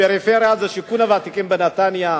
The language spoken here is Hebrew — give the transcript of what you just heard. פריפריה זה שיכון הוותיקים בנתניה,